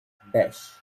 beş